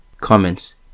Comments